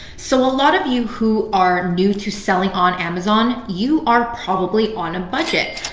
so a lot of you who are new to selling on amazon, you are probably on a budget.